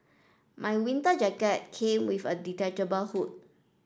my winter jacket came with a detachable hood